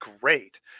great